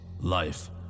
life